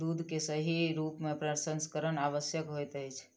दूध के सही रूप में प्रसंस्करण आवश्यक होइत अछि